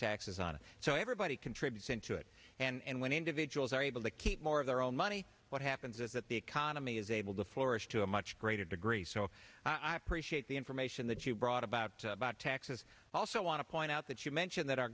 taxes on it so everybody contributes into it and when individuals are able to keep more of their own money what happens is that the economy is able to flourish to a much greater degree so i appreciate the information that you brought about about taxes i also want to point out that you mentioned that